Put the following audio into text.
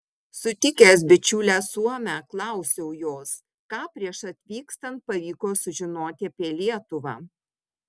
sutikęs bičiulę suomę klausiau jos ką prieš atvykstant pavyko sužinoti apie lietuvą